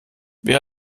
wer